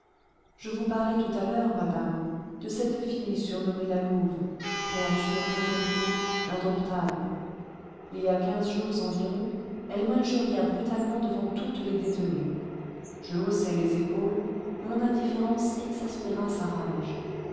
je vous parlais tout à l'heure madame de cette fille surnommée la louve créature indomptée indomptable il y a quinze jours environ elle m'injuria brutalement devant toutes les détenues je haussai les épaules mon indifférence exaspéra sa rage